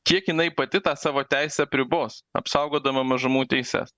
kiek jinai pati tą savo teisę apribos apsaugodama mažumų teises